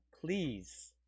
Please